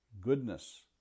goodness